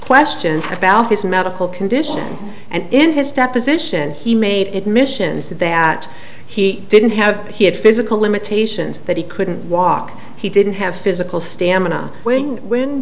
questions about his medical condition and in his deposition he made it missions that he didn't have he had physical limitations that he couldn't walk he didn't have physical stamina wing w